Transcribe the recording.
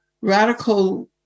radical